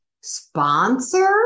Sponsor